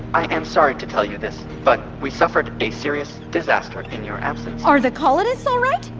i am sorry to tell you this, but we suffered a serious disaster in your absence are the colonists all right?